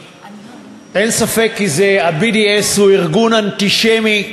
אין ספק כי ה-BDS הוא ארגון אנטישמי.